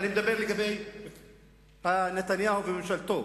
אני מדבר על נתניהו וממשלתו.